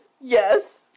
Yes